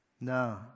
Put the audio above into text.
No